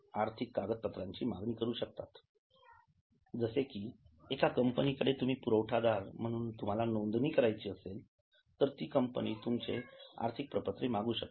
आर्थिक कागदपत्रांची मागणी करू शकतात जसे कि एका कंपनीकडे तुम्हाला पुरवठादार म्हणून नोंदणी करायची असेल तर ती कंपनी तुमचे आर्थिक प्रपत्रे'मागू शकते